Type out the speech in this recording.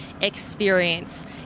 experience